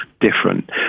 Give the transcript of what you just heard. different